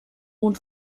mond